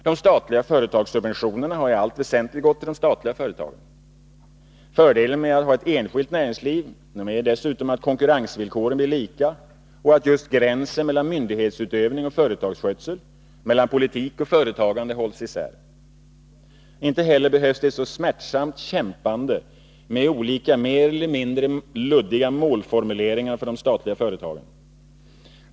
De statliga företagssubventionerna har i allt väsentligt gått till de statliga företagen. Fördelen med att ha ett enskilt näringsliv är dessutom att konkurrensvillkoren blir lika och att just gränsen mellan myndighetsutövning och företagsskötsel, mellan politik och företagande hålls isär. Inte heller behövs det ett så smärtsamt kämpande med olika mer eller mindre luddiga målformuleringar för de statliga företagen.